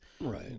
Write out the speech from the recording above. Right